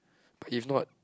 if not